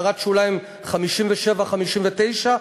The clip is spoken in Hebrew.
הערות שוליים 57 ו-59,